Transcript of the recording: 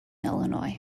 illinois